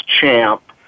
champ